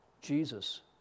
Jesus